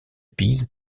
pise